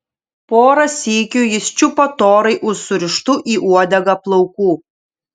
porą sykių jis čiupo torai už surištų į uodegą plaukų